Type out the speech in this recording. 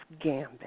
Gambit